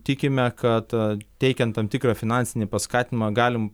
tikime kad teikiant tam tikrą finansinį paskatinimą galim